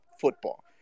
football